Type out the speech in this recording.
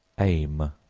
aim,